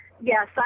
Yes